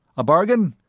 a bargain?